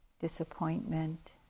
disappointment